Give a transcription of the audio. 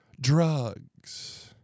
Drugs